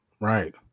Right